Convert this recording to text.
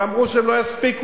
אמרו שהם לא יספיקו,